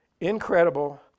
incredible